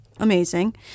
Amazing